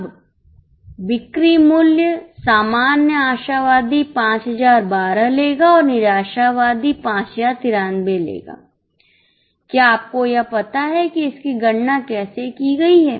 अब बिक्री मूल्य सामान्य आशावादी 5012 लेगा और निराशावादी 5093 लेगा क्या आपको यह पता है कि इसकी गणना कैसे की गई है